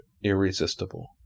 irresistible